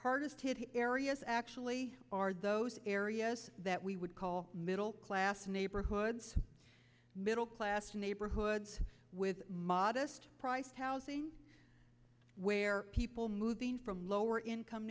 hardest hit areas actually are those areas that we would call middle class neighborhoods middle class neighborhoods with modest priced housing where people moving from lower income